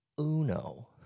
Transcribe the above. Uno